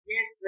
Yes